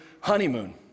honeymoon